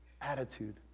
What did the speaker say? attitude